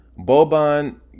Boban